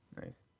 Nice